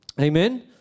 Amen